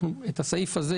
את הסעיף הזה,